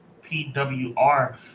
pwr